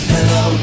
Hello